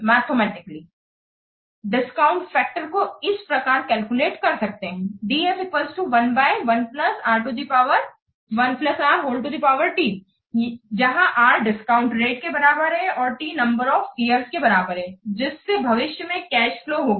mathematically discount factor को इस प्रकार कैलकुलेट कर सकते हैं जहां r डिस्काउंट रेटके बराबर है और t नंबर ऑफ इयर्स के बराबर है जिससे भविष्य में कैश फ्लो होगा